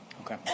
Okay